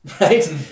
right